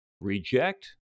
reject